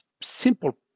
simple